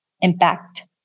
impact